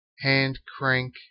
hand-crank